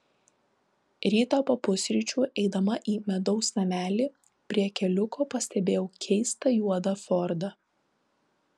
rytą po pusryčių eidama į medaus namelį prie keliuko pastebėjau keistą juodą fordą